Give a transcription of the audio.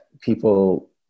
people